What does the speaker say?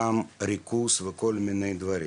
הריכוז וכל מיני דברים.